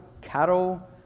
cattle